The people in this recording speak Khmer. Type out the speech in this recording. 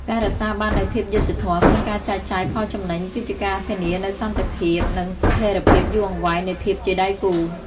ការរក្សាបាននូវ "ភាពយុត្តិធម៌" ក្នុងការចែកចាយផលចំណេញ គឺជាការធានានូវសន្តិភាព និងស្ថិរភាពយូរអង្វែងនៃភាពជាដៃគូ។